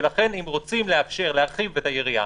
לכן אם רוצים לאפשר להרחיב את היריעה,